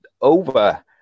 over